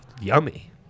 Yummy